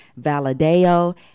Valadeo